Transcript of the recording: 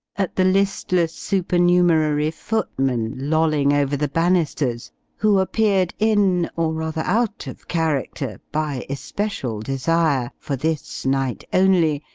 at the listless supernumerary footman, lolling over the banisters who appeared in, or rather out of, character, by especial desire, for this night only,